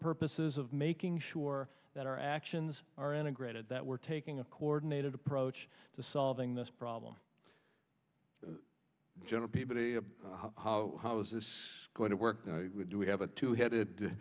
purposes of making sure that our actions are integrated that we're taking a coordinated approach to solving this problem general how how is this going to work do we have a two headed